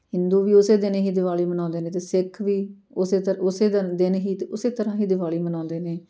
ਹਿੰਦੂ ਵੀ ਉਸੇ ਦਿਨ ਹੀ ਦਿਵਾਲੀ ਮਨਾਉਂਦੇ ਨੇ ਅਤੇ ਸਿੱਖ ਵੀ ਉਸੇ ਤਰ ਉਸੇ ਦਿਨ ਦਿਨ ਹੀ ਅਤੇ ਉਸੇ ਤਰ੍ਹਾਂ ਹੀ ਦਿਵਾਲੀ ਮਨਾਉਂਦੇ ਨੇ